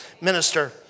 minister